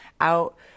out